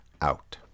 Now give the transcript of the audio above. Out